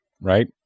Right